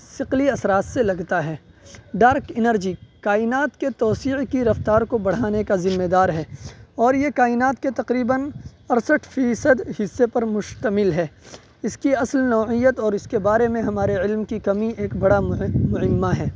ثقلی اثرات سے لگتا ہے ڈارک انرجی کائنات کے توسیع کی رفتار کو بڑھانے کا ذمہ دار ہے اور یہ کائنات کے تقریباً اڑسٹھ فیصد حصے پر مشتمل ہے اس کی اصل نوعیت اور اس کے بارے میں ہمارے علم کی کمی ایک بڑا معمہ ہے